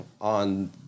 on